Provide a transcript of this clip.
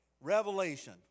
Revelation